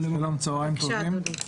צוהריים טובים.